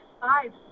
five